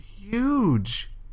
huge